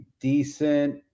decent